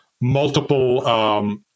multiple